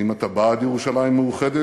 האם אתה בעד ירושלים מאוחדת,